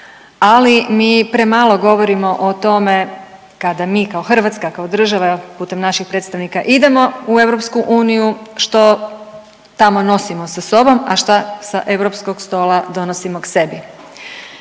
ali mi premalo govorimo o tome kada mi kao Hrvatska, kao država putem naših predstavnika idemo u EU, što tamo nosimo sa sobom, a šta sa europskog stola donosimo k sebi,